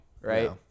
right